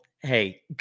Hey